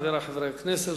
חברי חברי הכנסת,